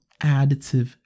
additive